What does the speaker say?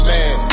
Man